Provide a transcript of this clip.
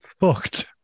fucked